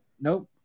nope